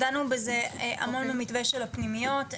דנו בזה המון במתווה של הפנימיות.